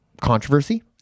controversy